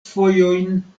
fojojn